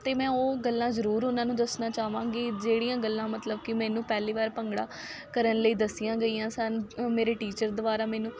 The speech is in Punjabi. ਅਤੇ ਮੈਂ ਉਹ ਗੱਲਾਂ ਜ਼ਰੂਰ ਉਹਨਾਂ ਨੂੰ ਦੱਸਣਾ ਚਾਹਵਾਂਗੀ ਜਿਹੜੀਆਂ ਗੱਲਾਂ ਮਤਲਬ ਕਿ ਮੈਨੂੰ ਪਹਿਲੀ ਵਾਰ ਭੰਗੜਾ ਕਰਨ ਲਈ ਦੱਸੀਆਂ ਗਈਆਂ ਸਨ ਮੇਰੇ ਟੀਚਰ ਦੁਆਰਾ ਮੈਨੂੰ